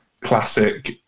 classic